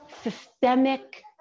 systemic